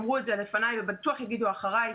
אמרו את זה לפניי ובטוח יגידו אחריי,